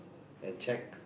and check